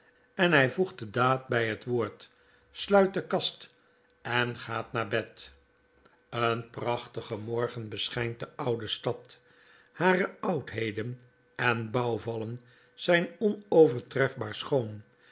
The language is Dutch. en hg voegt de daad bij het woord sluit de kast en gaat naar bed een prachtige morgen beschijnt de oude stad hare oudheden en bouwvallen zjjn onovertrefbaar schoon